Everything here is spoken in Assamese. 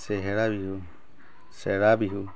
চেহেৰা বিহু চেৰা বিহু